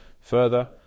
Further